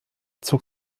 zog